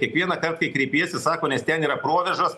kiekvienąkart kai kreipiesi sako nes ten yra provėžos